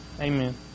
Amen